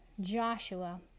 Joshua